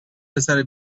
پسر